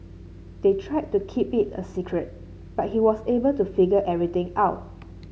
they tried to keep it a secret but he was able to figure everything out